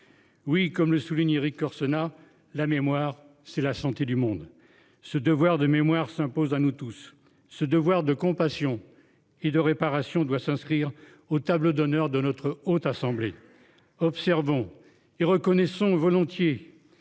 Oui, comme le souligne Erik Orsena la mémoire c'est la santé du monde ce devoir de mémoire s'impose à nous tous. Ce devoir de compassion et de réparation doit s'inscrire au tableau d'honneur de notre haute assemblée observons et reconnaissons volontiers